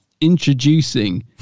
introducing